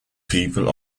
people